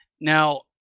Now